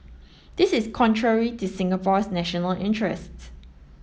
this is contrary to Singapore's national interests